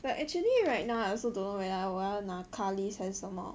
but actually right now I also don't know whether 我要拿 car lease 还是什么